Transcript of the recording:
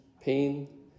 pain